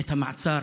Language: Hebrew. את המעצר